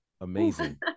Amazing